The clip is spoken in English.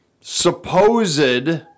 supposed